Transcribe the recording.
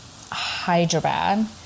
Hyderabad